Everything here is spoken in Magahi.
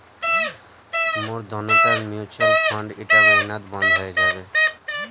मोर दोनोटा म्यूचुअल फंड ईटा महिनात बंद हइ जाबे